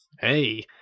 Hey